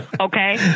okay